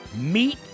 meet